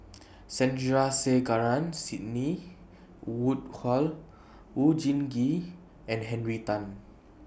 Sandrasegaran Sidney Woodhull Oon Jin Gee and Henry Tan